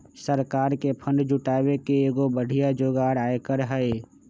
सरकार के फंड जुटावे के एगो बढ़िया जोगार आयकर हई